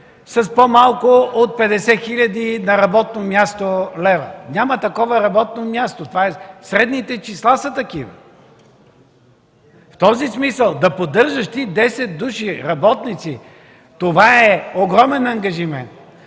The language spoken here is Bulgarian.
с по-малко от 50 хил. лв. на работно място! Няма такова работно място. Средните числа са такива. В този смисъл да поддържаш ти десет души работници, това е огромен ангажимент!